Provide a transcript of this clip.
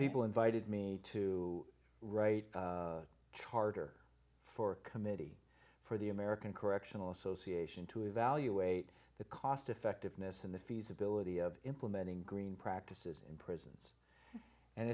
people invited me to write charter for a committee for the american correctional association to evaluate the cost effectiveness and the feasibility of implementing green practices in prisons and